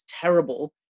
terrible